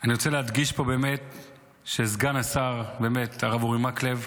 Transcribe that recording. אני באמת רוצה להדגיש פה שסגן השר, הרב אורי מקלב,